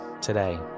today